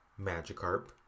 Magikarp